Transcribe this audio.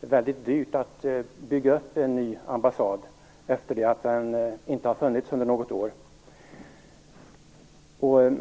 det är väldigt dyrt att bygga upp en ny ambassad efter det att det under några år inte har funnits någon svensk ambassad.